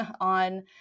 on